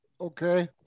Okay